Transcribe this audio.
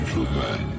man